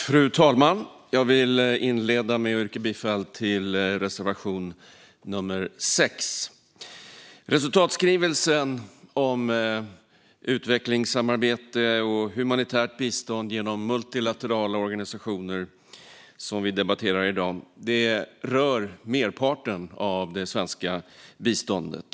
Fru talman! Jag vill inleda med att yrka bifall till reservation 6. Resultatskrivelsen om utvecklingssamarbete och humanitärt bistånd genom multilaterala organisationer, som vi debatterar i dag, rör merparten av det svenska biståndet.